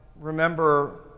remember